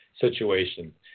situation